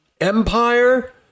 empire